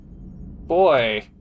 Boy